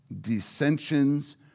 dissensions